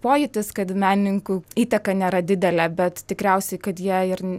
pojūtis kad menininkų įtaka nėra didelė bet tikriausiai kad jie ir